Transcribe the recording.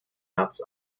märz